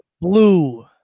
Blue